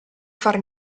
far